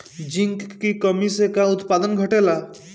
Zinc की कमी से का उत्पादन घटेला?